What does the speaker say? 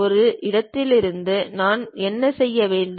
ஒரு இடத்திலிருந்து நான் என்ன செய்ய வேண்டும்